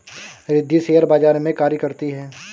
Riddhi share बाजार में कार्य करती है